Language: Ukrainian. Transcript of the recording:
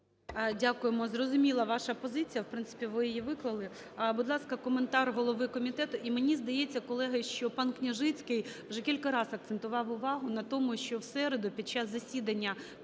Дякуємо. Зрозуміла ваша позиція. В принципі, ви її виклали. Будь ласка, коментар голови комітету. І, мені здається, колеги, що пан Княжицький уже кілька раз акцентував увагу на тому, що в середу під час засідання